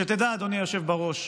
שתדע, אדוני היושב בראש,